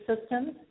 systems